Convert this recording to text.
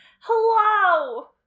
Hello